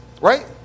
Right